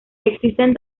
existen